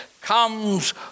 comes